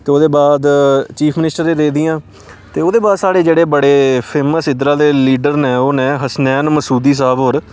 ते ओह्दे बाद चीफ मिनिस्टर एह् रेह्दियां ते ओह्दे बाद साढ़े जेह्ड़े बड़े फेमस इद्धरा दे लीडर न ओह् न हसनैन मसूदी साह्ब होर